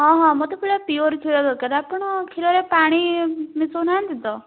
ହଁ ହଁ ମୋତେ ପୁରା ପିଓର୍ କ୍ଷୀର ଦରକାର ଆପଣ କ୍ଷୀରରେ ପାଣି ମିଶାଉ ନାହାନ୍ତି ତ